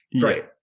Right